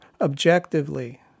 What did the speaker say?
objectively